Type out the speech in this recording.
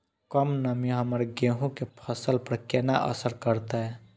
कम नमी हमर गेहूँ के फसल पर केना असर करतय?